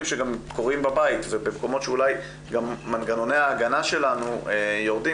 שקורים בבית ובמקומות שמנגנוני ההגנה שלנו יורדים.